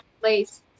place